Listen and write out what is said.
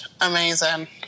Amazing